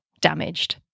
damaged